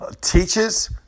teaches